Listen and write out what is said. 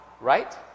right